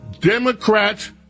Democrats